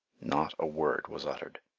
not a word was uttered.